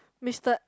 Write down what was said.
mister